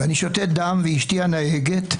ואני שותת דם ואשתי נוהגת,